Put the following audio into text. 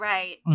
Right